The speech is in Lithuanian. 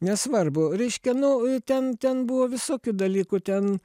nesvarbu reiškia nu ten ten buvo visokių dalykų ten